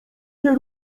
nie